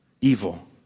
evil